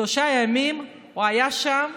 שלושה ימים הוא היה שם,